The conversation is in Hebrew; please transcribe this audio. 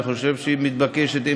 אני חושב שהיא מתבקשת,